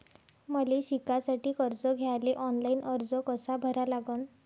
मले शिकासाठी कर्ज घ्याले ऑनलाईन अर्ज कसा भरा लागन?